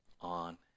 on